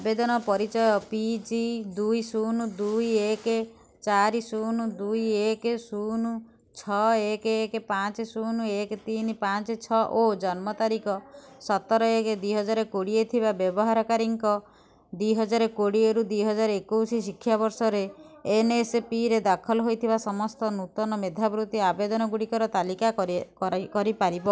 ଆବେଦନ ପରିଚୟ ପିଜି ଦୁଇ ଶୂନ ଦୁଇ ଏକେ ଚାରି ଶୁନ ଦୁଇ ଏକ ଶୂନ ଛଅ ଏକ ଏକ ପାଞ୍ଚ ଶୁନୁ ଏକେ ତିନି ପାଞ୍ଚ ଛଅ ଓ ଜନ୍ମ ତାରିଖ ସତର ଏକ ଦୁଇହଜାର କୋଡ଼ିଏ ଥିବା ବ୍ୟବହାରକାରୀଙ୍କ ଦୁଇହଜାର କୋଡ଼ିଏରୁ ଦୁଇହଜାର ଏକୋଇଶି ଶିକ୍ଷା ବର୍ଷରେ ଏନ୍ଏସପିରେ ଦାଖଲ ହୋଇଥିବା ସମସ୍ତ ନୂତନ ମେଧାବୃତ୍ତି ଆବେଦନଗୁଡ଼ିକର ତାଲିକା କରିପାରିବ